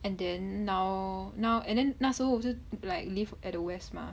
and then now now and then 那时候就是 like live at the west mah